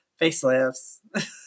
facelifts